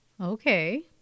okay